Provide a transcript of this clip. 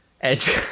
edge